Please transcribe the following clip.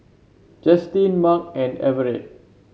Justin Marc and Everette